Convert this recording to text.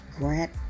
Grant